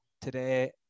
today